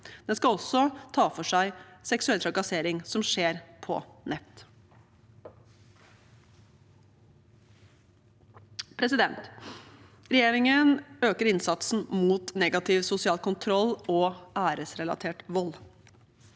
Den skal også ta for seg seksuell trakassering som skjer på nett. Regjeringen øker innsatsen mot negativ sosial kontroll og æresrelatert vold.